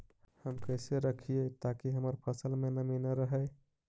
हम कैसे रखिये ताकी हमर फ़सल में नमी न रहै?